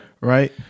Right